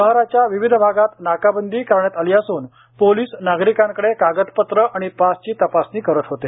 शहराच्या विविध भागात नाकाबंदी करण्यात आली असून पोलीस नागरिकांकडे कागदपत्र आणि पासची तपासणी करत होते